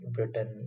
Britain